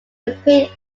appeared